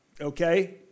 okay